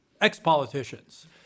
ex-politicians